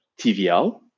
TVL